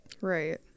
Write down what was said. right